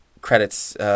credits